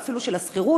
אפילו של השכירות,